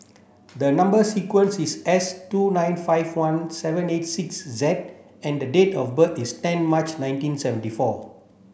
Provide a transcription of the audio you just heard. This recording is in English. the number sequence is S two nine five one seven eight six Z and the date of birth is ten March ninety seven four